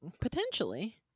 Potentially